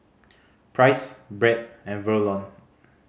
Price Bret and Verlon